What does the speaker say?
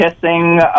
kissing